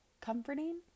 comforting